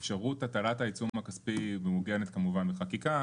אפשרות הטלת העיצום הכספי מהוגנת כמובן בחקיקה,